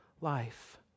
life